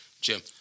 Jim